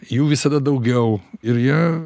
jų visada daugiau ir jie